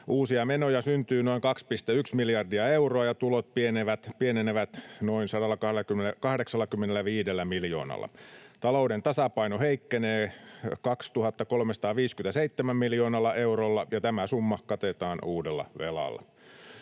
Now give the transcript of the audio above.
Uusia menoja syntyy noin 2,1 miljardia euroa, ja tulot pienenevät noin 185 miljoonalla. Talouden tasapaino heikkenee 2 357 miljoonalla eurolla, ja tämä summa katetaan uudella velalla.